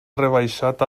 rebaixat